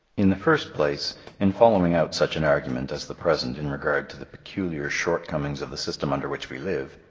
in the first place in following out such an argument as the present in regard to the peculiar shortcomings of the system under which we live,